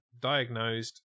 diagnosed